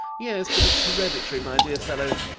yes, but it's hereditary, my dear fellow.